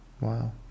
Wow